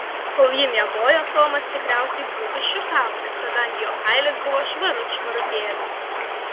kol ji miegojo tomas tikriausiai bū iššukavo kadangi jo kailis buvo švarut švarutėlis